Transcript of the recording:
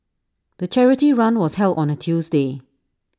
the charity run was held on A Tuesday